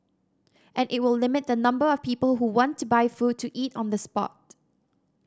and it will limit the number of people who want to buy food to eat on the spot